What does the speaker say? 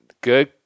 good